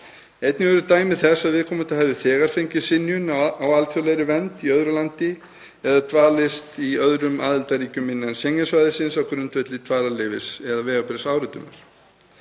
Einnig eru dæmi þess að viðkomandi hafi þegar fengið synjun á alþjóðlegri vernd í öðru landi eða dvalist í öðrum aðildarríkjum innan Schengen-svæðisins á grundvelli dvalarleyfis eða vegabréfsáritunar.